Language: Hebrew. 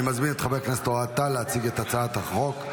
אני מזמין את חבר הכנסת אוהד טל להציג את הצעת החוק.